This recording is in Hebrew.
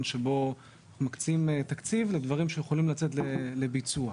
שבו אנחנו מקצים תקציב לדברים שיכולים לצאת לביצוע.